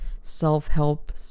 self-help